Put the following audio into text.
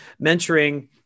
Mentoring